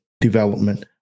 development